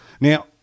Now